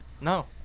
No